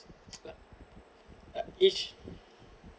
ya ya ya each